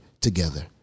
together